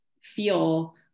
feel